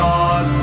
God